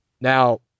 Now